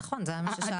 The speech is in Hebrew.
נכון, זה מה ששאלתי.